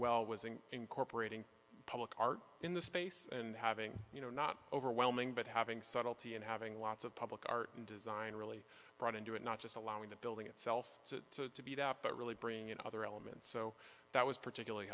well was in incorporating public art in the space and having you know not overwhelming but having subtlety and having lots of public art and design really brought into it not just allowing the building itself to to beat up but really bring in other elements so that was particularly